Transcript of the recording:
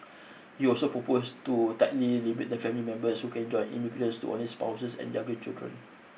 he also proposed to tightly limit the family members who can join immigrants to only spouses and younger children